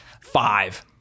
five